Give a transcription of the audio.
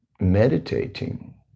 meditating